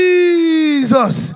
Jesus